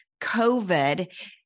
COVID